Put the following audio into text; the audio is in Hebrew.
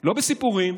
לא בסיפורים,